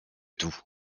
tout